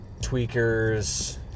tweakers